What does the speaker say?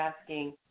asking